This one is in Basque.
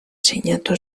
sinatu